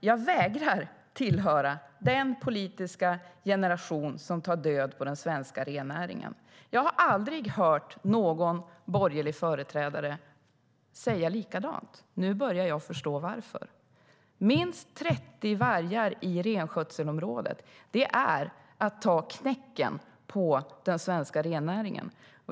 Jag vägrar tillhöra den politiska generation som tar död på den svenska rennäringen. Jag har aldrig hört någon borgerlig företrädare säga likadant. Nu börjar jag förstå varför. Minst 30 vargar i renskötselområdet är att ta knäcken på den svenska rennäringen.